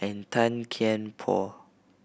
and Tan Kian Por